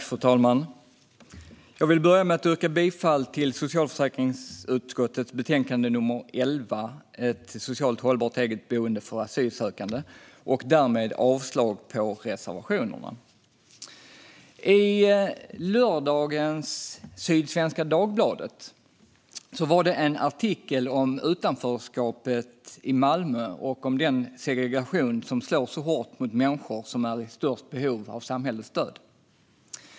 Fru talman! Jag vill börja med att yrka bifall till förslaget i socialförsäkringsutskottets betänkande nr 11, Ett socialt hållbart eget boende för asylsökande , och därmed avslag på reservationerna. I lördagens Sydsvenska Dagbladet var det en artikel om utanförskapet i Malmö och om den segregation som slår så hårt mot människor som är i störst behov av samhällets stöd.